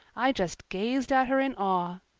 i just gazed at her in awe.